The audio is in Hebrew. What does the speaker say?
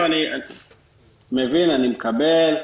אני מבין, אני מקבל.